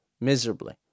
miserably